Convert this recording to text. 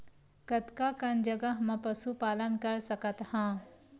कतका कन जगह म पशु पालन कर सकत हव?